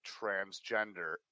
transgender